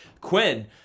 Quinn